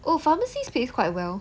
oh pharmacy pay quite well